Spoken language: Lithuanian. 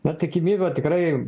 na tikimybė tikrai